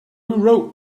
wrote